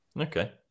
Okay